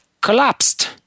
collapsed